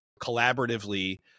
collaboratively